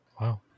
Wow